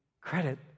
credit